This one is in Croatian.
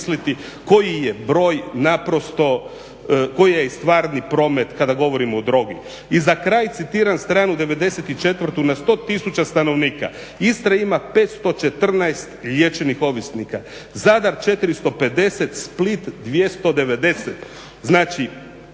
koji je broj naprosto, koji je stvarni promet kada govorimo o drogi. I za kraj citiram stranu 94.na 100 tisuća stanovnika Istra ima 514 liječenih ovisnika, Zadar 450, Split 290. Znači,